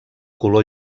color